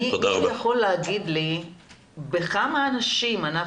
מישהו יכול להגיד לי על כמה אנשים אנחנו